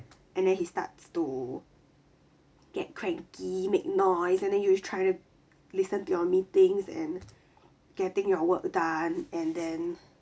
and then he starts to get cranky make noise and then you try to listen to your meetings and getting your work done and then